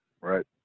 Right